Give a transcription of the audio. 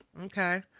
okay